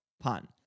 pun